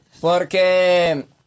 Porque